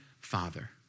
father